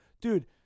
Dude